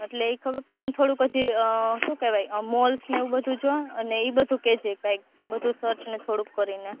એટલે એ ખબર પડે ને થોડુંક હજી શું કહેવાય મોલ્સ ને એ બધું જો અને એ બધું કહેજે કાંઇક બધું સર્ચ ને થોડુંક કરીને